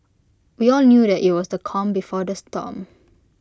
we all knew that IT was the calm before the storm